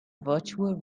virtual